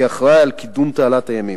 כאחראי על קידום תעלת הימים.